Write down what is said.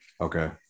Okay